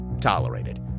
tolerated